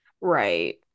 Right